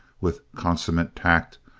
with consummate tact,